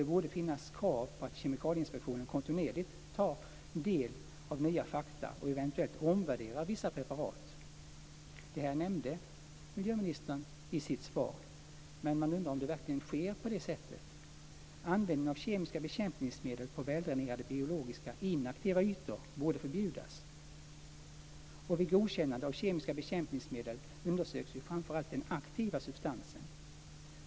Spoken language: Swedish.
Det borde finnas krav på att Kemikalieinspektionen kontinuerligt tar del av nya fakta och eventuellt omvärderar vissa preparat. Det nämnde miljöministern i sitt svar. Men man undrar om det verkligen sker på det sättet. Användning av kemiska bekämpningsmedel på väldränerade, biologiskt inaktiva ytor borde förbjudas. Vid godkännande av kemiska bekämpningsmedel undersöks framför allt den aktiva substansen.